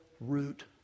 root